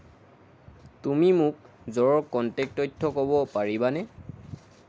তুমি মোক জ'ৰ কণ্টেক্ট তথ্য ক'ব পাৰিবানে